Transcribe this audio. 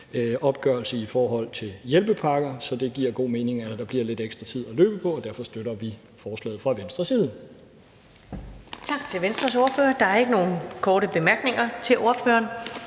opgørelser af hjælpepakker. Så det giver god mening, at der bliver lidt ekstra tid at løbe på. Derfor støtter vi forslaget fra Venstres side.